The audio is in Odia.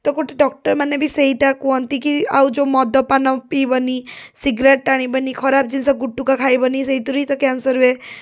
ତ ଗୋଟେ ଡକ୍ଟର୍ମାନେ ବି ସେଇଟା କୁହନ୍ତି କି ଆଉ ଯେଉଁ ମଦପାନ ପିଇବନି ସିଗାରେଟ୍ ଟାଣିବନି ଖରାପ ଜିନିଷ ଗୁଟ୍ଖା ଖାଇବନି ସେଇଥିରୁ ହିଁ ତ କ୍ୟାନ୍ସର୍ ହୁଏ